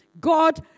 God